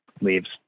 leaves